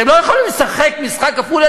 אתם לא יכולים לשחק משחק כפול,